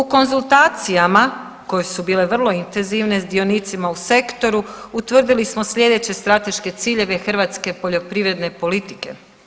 U konzultacijama koje su bile vrlo intenzivne s dionicima u sektoru utvrdili smo slijedeće strateške ciljeve hrvatske poljoprivredne politike.